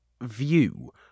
view